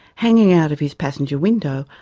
hanging out of his passenger window,